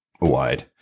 wide